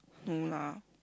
no lah